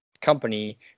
company